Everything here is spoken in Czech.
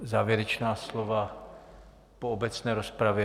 Závěrečná slova po obecné rozpravě?